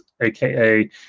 AKA